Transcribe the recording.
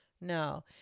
No